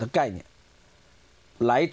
the guy like